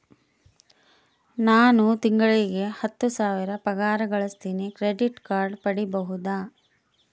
ನಾನು ತಿಂಗಳಿಗೆ ಹತ್ತು ಸಾವಿರ ಪಗಾರ ಗಳಸತಿನಿ ಕ್ರೆಡಿಟ್ ಕಾರ್ಡ್ ಪಡಿಬಹುದಾ?